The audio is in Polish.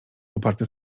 oparte